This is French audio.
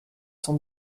son